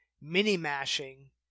mini-mashing